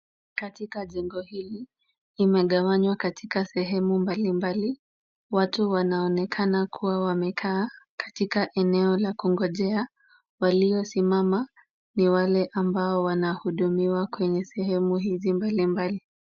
Katika jengo hili, imeganywa katika sehemu mbalimbali. Watu wanaonekana kuwa wamekaa katika eneo la kungojea. Waliosimama ni wale ambao wanahudumiwa kwenye sehemu hizi mbalimbali.